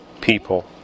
people